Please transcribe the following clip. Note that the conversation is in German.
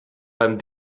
beim